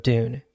Dune